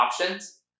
options